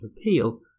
Appeal